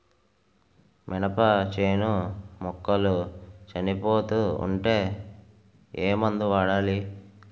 మినప చేను మొక్కలు చనిపోతూ ఉంటే ఏమందు వాడాలి?